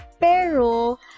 pero